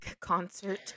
concert